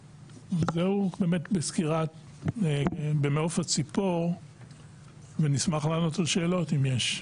זהו, במעוף הציפור ונשמח לענות על שאלות אם יש.